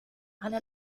على